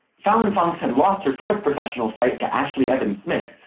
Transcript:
fallon fox had lost her fourth professional fight to ashlee evans-smith,